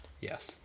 Yes